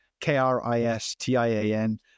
K-R-I-S-T-I-A-N